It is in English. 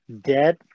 dead